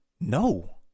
No